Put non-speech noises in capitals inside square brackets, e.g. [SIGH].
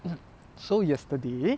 [COUGHS] so yesterday